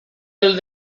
del